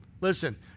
Listen